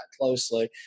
closely